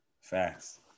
Facts